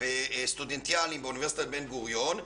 סטודנטיאליים באוניברסיטת בן גוריון,